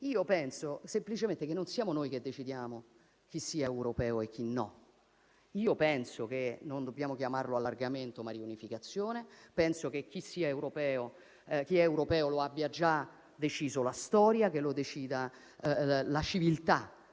D), penso semplicemente che non siamo noi che decidiamo chi sia europeo e chi no. Io penso che non dobbiamo chiamarlo allargamento, ma riunificazione. Penso che chi sia europeo lo abbia già deciso la storia e che lo decida la civiltà